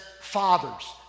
fathers